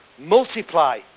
multiply